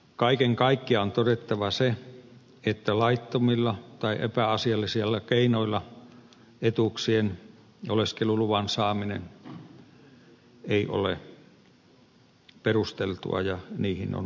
kaiken kaikkiaan on todettava se että laittomilla tai epäasiallisilla keinoilla etuuksien ja oleskeluluvan saaminen ei ole perusteltua ja niihin on puututtava